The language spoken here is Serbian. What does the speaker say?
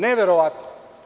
Neverovatno.